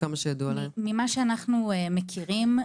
ממה שאנחנו מכירים,